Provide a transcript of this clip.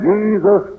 Jesus